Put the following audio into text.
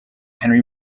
henry